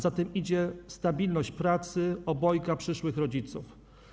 Za tym idzie stabilność pracy obojga przyszłych rodziców.